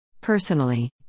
Personally